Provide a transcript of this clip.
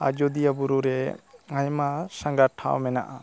ᱟᱡᱚᱫᱤᱭᱟᱹ ᱵᱩᱨᱩ ᱨᱮ ᱟᱭᱢᱟ ᱥᱟᱸᱜᱷᱟᱨ ᱴᱷᱟᱶ ᱢᱮᱱᱟᱜᱼᱟ